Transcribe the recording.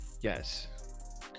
Yes